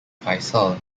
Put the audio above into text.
faisal